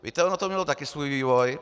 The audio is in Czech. Víte, ono to mělo taky svůj vývoj.